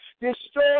Destroy